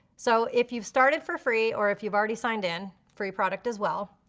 so if you've started for free, or if you've already signed in, free product as well,